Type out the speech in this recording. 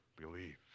believe